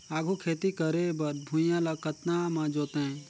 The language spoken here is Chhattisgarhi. आघु खेती करे बर भुइयां ल कतना म जोतेयं?